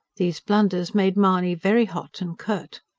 these blunders made mahony very hot and curt.